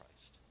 christ